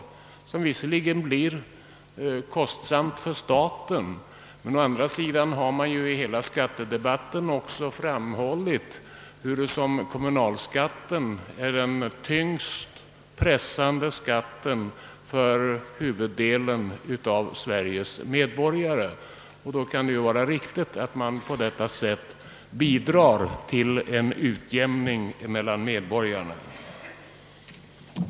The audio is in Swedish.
Det blir visserligen kostsamt för staten, men i skattedebatten har alltid framhållits att kommunalskatten är den mest iyngande skatten för huvuddelen av Sveriges medborgare, och då kan det vara riktigt att man på detta sätt medverkar till en utjämning mellan medborgarna.